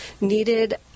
needed